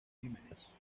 crímenes